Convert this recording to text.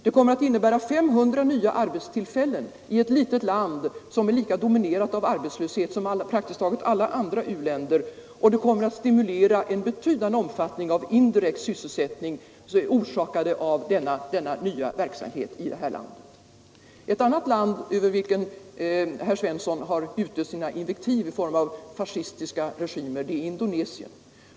Det kommer att innebära 500 nya arbetstillfällen i ett litet land, som är lika dominerat av arbetslöshet som praktiskt taget alla andra u-länder. Och denna nya verksamhet kommer också att i betydande omfattning stimulera en indirekt sysselsättning. Ett annat land över vilket herr Svensson gjutit sina invektiv i form av betyget ”fascistisk regim” är Indonesien.